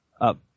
up